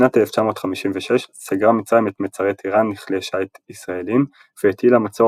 בשנת 1956 סגרה מצרים את מצרי טיראן לכלי שיט ישראלים והטילה מצור